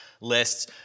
lists